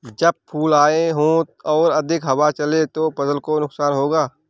जब फूल आए हों और अधिक हवा चले तो फसल को नुकसान होगा?